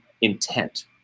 intent